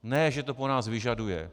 Ne že to po nás vyžaduje!